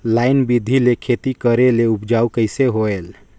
Line बिधी ले खेती करेले उपजाऊ कइसे होयल?